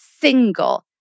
single